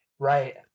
Right